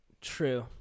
True